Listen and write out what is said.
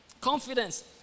confidence